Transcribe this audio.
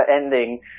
ending